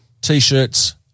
t-shirts